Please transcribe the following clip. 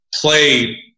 play